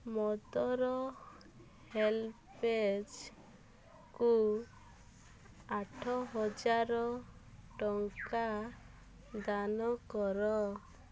mother ହେଲ୍ପେଜ୍କୁ ଆଠ ହଜାର ଟଙ୍କା ଦାନ କର